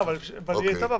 אבל היא הייתה בוועדה.